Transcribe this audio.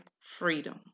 freedom